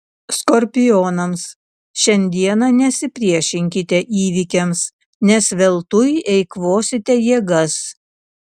skorpionams šiandieną nesipriešinkite įvykiams nes veltui eikvosite jėgas